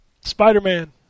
Spider-Man